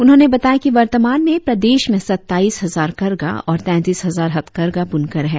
उन्होंने बताया कि वर्तमान में प्रदेश में सत्ताईस हजार करघा और तैतीस हजार हथ करघा बुनकर है